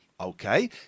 Okay